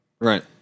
Right